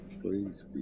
please